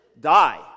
die